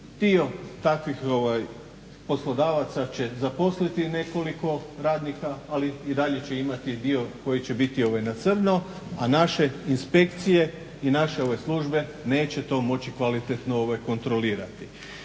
Dio takvih poslodavaca će zaposliti nekoliko radnika, ali i dalje će imati dio koji će biti na crno, a naše inspekcije i naše službe neće to moći kvalitetno kontrolirati.